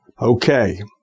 Okay